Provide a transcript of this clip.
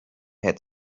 had